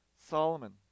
Solomon